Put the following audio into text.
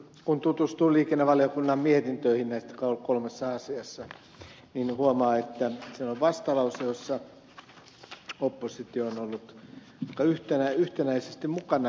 kun tutustuu liikennevaliokunnan mietintöihin näissä kolmessa asiassa niin huomaa että siellä on vastalause jossa oppositio on ollut yhtenäisesti mukana